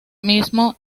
mismo